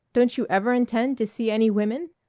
don't you ever intend to see any women?